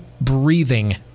breathing